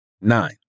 nine